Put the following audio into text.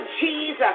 Jesus